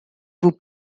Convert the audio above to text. vous